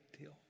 deal